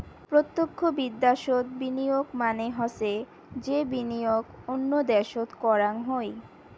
প্রতক্ষ বিদ্যাশোত বিনিয়োগ মানে হসে যে বিনিয়োগ অন্য দ্যাশোত করাং হই